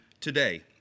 today